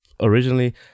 Originally